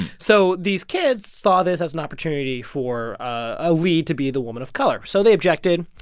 so these kids saw this as an opportunity for a lead to be the woman of color, so they objected.